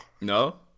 No